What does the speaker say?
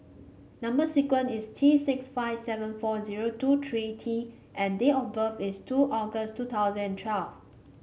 number sequence is T six five seven four zero two three T and date of birth is two August two thousand and twelve